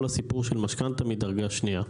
כל הסיפור של משכנתה מדרגה שנייה.